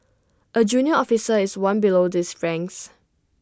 A junior officer is one below these ranks